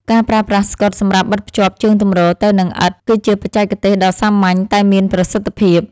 ការប្រើប្រាស់ស្កុតសម្រាប់បិទភ្ជាប់ជើងទម្រទៅនឹងឥដ្ឋគឺជាបច្ចេកទេសដ៏សាមញ្ញតែមានប្រសិទ្ធភាព។